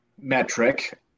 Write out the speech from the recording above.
metric